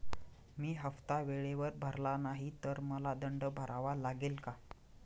मी हफ्ता वेळेवर भरला नाही तर मला दंड भरावा लागेल का?